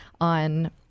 on